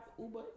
Uber